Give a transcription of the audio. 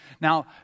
Now